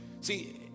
see